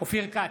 אופיר כץ,